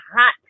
hot